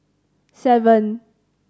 seven